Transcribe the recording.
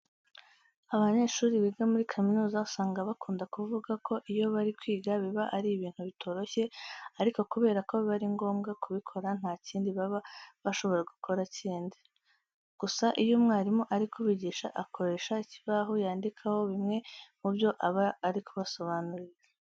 Abanyeshuri biga muri kaminuza usanga bakunda kuvuga ko iyo bari kwiga biba ari ibintu bitoroshye ariko kubera ko biba ari ngombwa kubikora nta kindi baba bashobora gukora kindi. Gusa iyo umwarimu ari kubigisha akoresha ikibaho yandikaho bimwe mu byo aba ari kubasobanurira.